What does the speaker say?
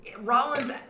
Rollins